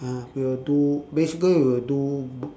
uh we will do basically we will do